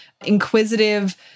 inquisitive